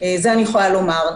את זה אני יכולה לומר.